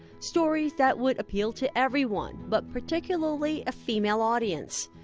stories that would appeal to everyone but particularly a female audience.